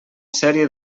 sèrie